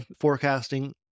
forecasting